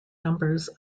numbers